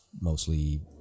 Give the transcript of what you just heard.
mostly